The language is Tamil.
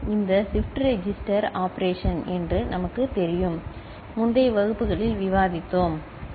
இது ஷிப்ட் ரெஜிஸ்டர் ஆபரேஷன் என்று நமக்குத் தெரியும் முந்தைய வகுப்புகளில் விவாதித்தோம் சரி